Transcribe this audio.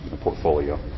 portfolio